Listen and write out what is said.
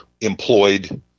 employed